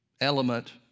element